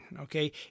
Okay